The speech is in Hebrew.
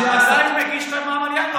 אתה עדיין מגיש את המע"מ על ינואר.